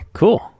cool